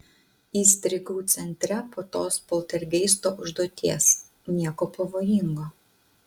įstrigau centre po tos poltergeisto užduoties nieko pavojingo